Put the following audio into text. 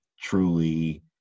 truly